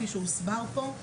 כפי שהוסבר פה,